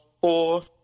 four